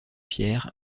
pierre